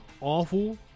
awful